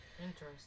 Interesting